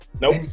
Nope